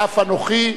ואף אנוכי,